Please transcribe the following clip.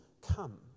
come